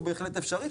הוא בהחלט אפשרי,